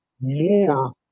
more